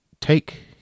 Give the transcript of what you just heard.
take